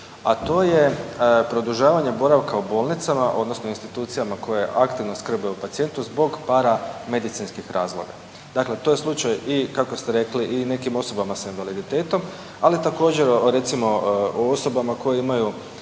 a to je produžavanje boravka u bolnicama odnosno institucijama koje aktivno skrbe o pacijentu zbog paramedicinskih razloga, dakle to je slučaj i kako ste rekli i nekim osobama s invaliditetom, ali također recimo o osobama koje imaju